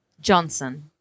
Johnson